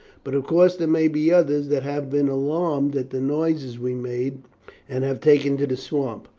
but of course there may be others that have been alarmed at the noises we made and have taken to the swamps.